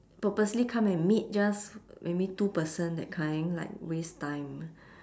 purposely come and meet just maybe two person that kind like waste time